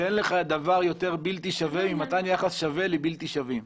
שאין לך דבר יותר בלתי שווה ממתן יחס שווה לבלתי שווים.